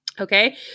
Okay